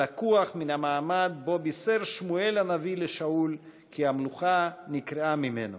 הלקוח מן המעמד שבו בישר שמואל הנביא לשאול כי המלוכה נקרעה ממנו.